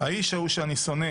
"האיש ההוא שאני שונא